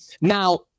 Now